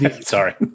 sorry